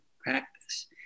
practice